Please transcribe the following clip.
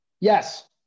Yes